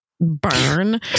burn